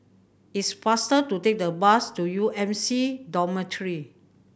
is faster to take the bus to U M C Dormitory